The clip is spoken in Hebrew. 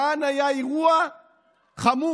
כאן היה אירוע חמור.